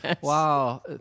wow